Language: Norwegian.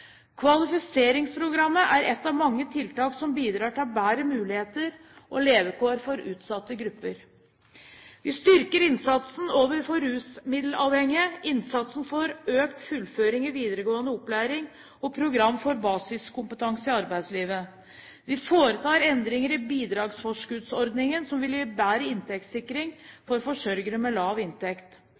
Kvalifiseringsprogrammet er et av mange tiltak som bidrar til bedre muligheter og levekår for utsatte grupper. Vi styrker innsatsen overfor rusmiddelavhengige, innsatsen for økt fullføring i videregående opplæring og program for basiskompetanse i arbeidslivet. Vi foretar endringer i bidragsforskuddsordningen som vil gi bedre inntektssikring for forsørgere med lav inntekt.